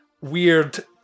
weird